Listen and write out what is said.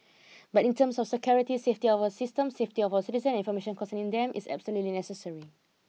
but in terms of security safety of our system safety of our citizens and information concerning them it's absolutely necessary